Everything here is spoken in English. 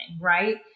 Right